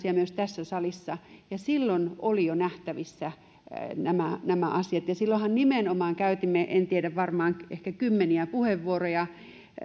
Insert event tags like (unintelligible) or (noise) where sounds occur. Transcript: (unintelligible) ja myös tässä salissa ja silloin oli jo nähtävissä nämä nämä asiat ja silloinhan nimenomaan käytimme en tiedä varmaan kymmeniä puheenvuoroja